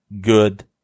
good